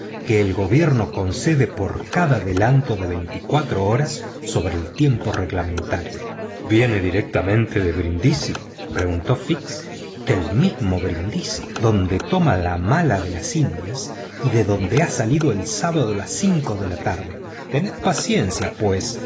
que el gobierno concede por cada adelanto de veinticuatro horas sobre el tiempo reglamentario viene directamente de brindisi preguntó fix del mismo brindisi donde toma el correo de indias y de donde ha salido el sábado a las cinco de la tarde tened paciencia pues